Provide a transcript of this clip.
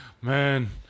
man